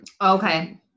Okay